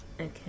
okay